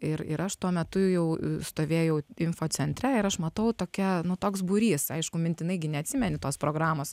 ir ir aš tuo metu jau stovėjau infocentre ir aš matau tokia nu toks būrys aišku mintinai gi neatsimeni tos programos